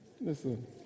Listen